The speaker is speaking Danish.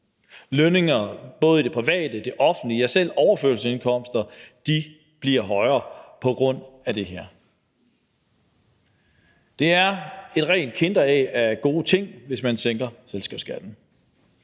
lønninger både i det private og offentlige og selv overførselsindkomster bliver højere på grund af det her. Det er et rent Kinderæg af gode ting, hvis man sænker selskabsskatten.